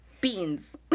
Beans